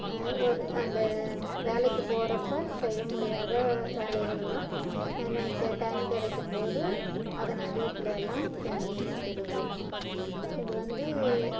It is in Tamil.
ஒரு அந்த வேலைக்கு போகிறப்ப செய்ய முடியாத வேலைகள்லாம் எனக்கு டைம் கிடைக்கும் போது அதை நான் வீட்டிலலாம் செஞ்சு வச்சிக்கிறது இது வந்து